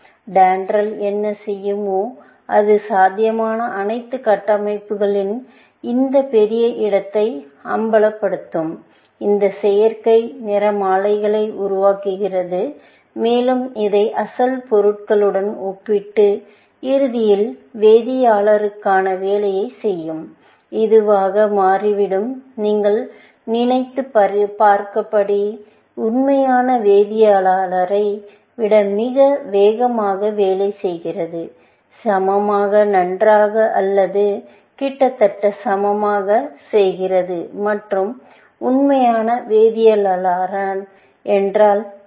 DENDRAL என்ன செய்யுமோ அது சாத்தியமான அனைத்து கட்டமைப்புகளின் இந்த பெரிய இடத்தை அம்பலப்படுத்தும் இந்த செயற்கை நிறமாலைகளை உருவாக்குகிறது மேலும் அதை அசல் பொருளுடன் ஒப்பிட்டு இறுதியில் வேதியியலாளருக்கான வேலையை செய்யும் இது இது வாக மாறிவிடும் நீங்கள் நினைத்துப் பார்க்கிறபடி உண்மையான வேதியியலாளரை விட மிக வேகமாக வேலை செய்கிரது சமமாக நன்றாக அல்லது கிட்டத்தட்ட சமமாகச் செய்கிரது மற்றும் உண்மையான வேதியியலாளர் என்றால் P